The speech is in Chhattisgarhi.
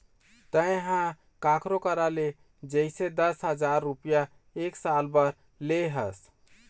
तेंहा कखरो करा ले जइसे दस हजार रुपइया एक साल बर ले हस